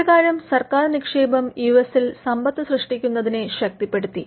ഇപ്രകാരം സർക്കാർ നിക്ഷേപം യുഎസിൽ സമ്പത്ത് സൃഷ്ടിക്കുന്നതിനെ ശക്തിപ്പെടുത്തി